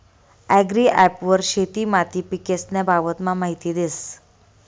agri app वर शेती माती पीकेस्न्या बाबतमा माहिती देस